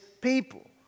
people